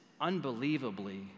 unbelievably